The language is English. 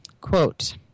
Quote